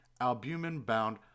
albumin-bound